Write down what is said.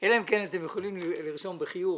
אלא אם כן אתם יכולים לרשום עם חיוך,